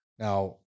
Now